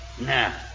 Now